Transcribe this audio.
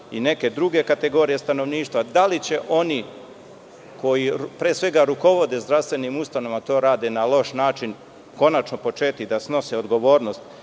i neke druge kategorije stanovništva? Da li će oni koji pre svega rukovode zdravstvenim ustanovama, to rade na loš način, konačno početi da snose odgovornost